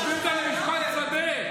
עושים לה משפט שדה.